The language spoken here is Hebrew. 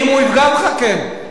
אם הוא יפגע בך, כן.